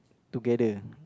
together